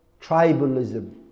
tribalism